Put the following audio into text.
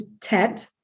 TED